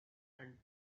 and